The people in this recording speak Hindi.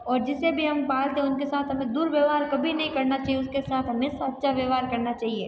और जिसे भी हम पालते हैं उनके साथ हमें दुरव्यवहार कभी नहीं करना चाहिए उसके साथ हमेशा अच्छा व्यवहार करना चाहिए